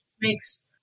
makes